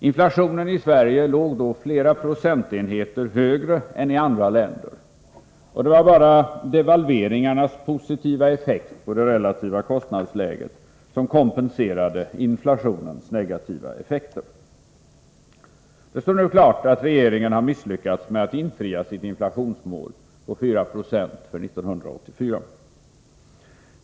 Inflationen i Sverige låg då flera procentenheter högre än i andra länder, och det var bara devalveringarnas positiva effekt på det relativa kostnadsläget som kompenserade inflationens negativa effekter. Det står nu klart att regeringen har misslyckats med att infria sitt inflationsmål på 4 26 för 1984.